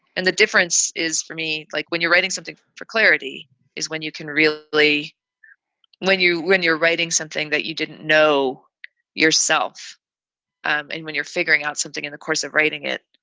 and the difference is for me, me, like when you're writing something for for clarity is when you can really really when you when you're writing something that you didn't know yourself and when you're figuring out something in the course of writing it.